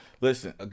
Listen